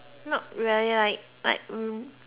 not very like like room